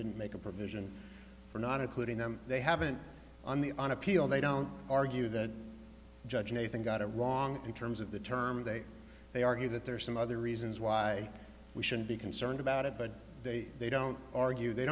didn't make a provision for not including them they haven't on the on appeal they don't argue that judge nathan got it wrong in terms of the term they they argue that there are some other reasons why we should be concerned about it but they don't argue they